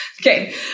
Okay